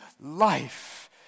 life